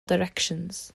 directions